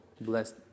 blessed